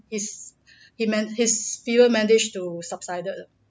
is he man~ his fever managed to subsided